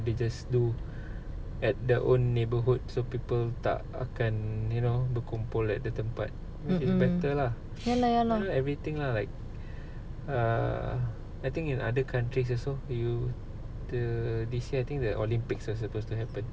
they just do at their own neighborhood so people tak akan you know berkumpul at the tempat which is better lah everything lah like err I think in other countries also you the this year I think the olympics are suppose to happen